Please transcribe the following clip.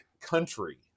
Country